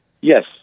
Yes